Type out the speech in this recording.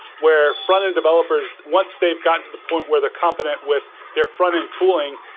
where frontend developers, once they've gotten to the point where they're competent with their frontend tooling,